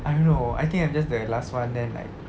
I don't know I think I'm just the last [one] then like